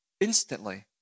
instantly